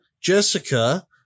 Jessica